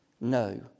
No